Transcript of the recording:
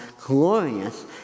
glorious